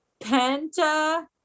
Penta